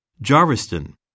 Jarviston